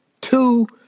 two